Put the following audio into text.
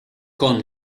con